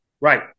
Right